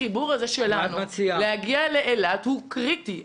החיבור הזה שלנו להגיע לאילת הוא קריטי.